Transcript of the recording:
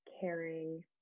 caring